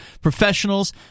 professionals